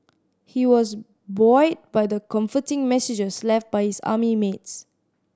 he was buoyed by the comforting messages left by his army mates